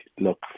look